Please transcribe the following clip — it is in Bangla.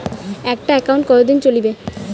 একটা একাউন্ট কতদিন চলিবে?